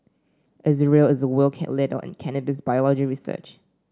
Israel is a world leader in cannabis biology research